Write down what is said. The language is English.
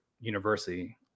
university